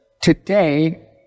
Today